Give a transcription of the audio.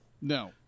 No